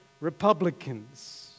Republicans